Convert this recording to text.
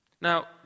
Now